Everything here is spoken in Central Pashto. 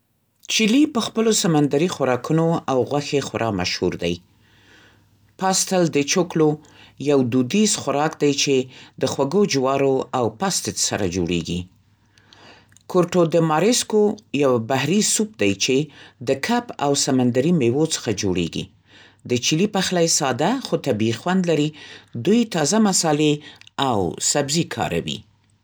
‎چیلي په خپلو سمندري خوراکونو او غوښې خورا مشهور دی. «پاستل ده چوکلو» یو دودیز خوراک دی چې د خوږو جوارو او پاستې سره جوړېږي. «کورټو ده مارېسکو» یو بحري سوپ دی چې د کب او سمندري میوو څخه جوړېږي. د چیلي پخلی ساده خو طبیعي خوند لري. دوی تازه مصالحې او سبزي کاروي.